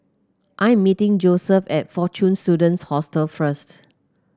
I am meeting Joeseph at Fortune Students Hostel first